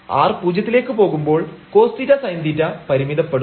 r പൂജ്യത്തിലേക്ക് പോകുമ്പോൾ cos⁡θsin⁡θ പരിമിതപ്പെടും